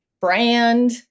brand